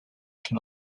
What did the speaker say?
can